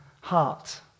heart